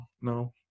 no